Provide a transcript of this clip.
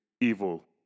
evil